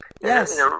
Yes